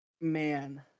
man